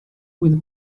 with